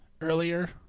earlier